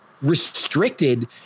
restricted